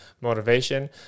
motivation